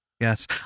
Yes